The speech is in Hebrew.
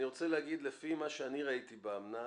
אני רוצה להגיד, לפי מה שאני ראיתי באמנה,